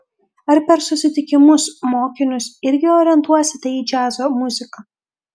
ar per susitikimus mokinius irgi orientuosite į džiazo muziką